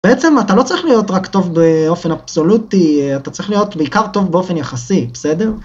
בעצם אתה לא צריך להיות רק טוב באופן אבסולוטי, אתה צריך להיות בעיקר טוב באופן יחסי, בסדר?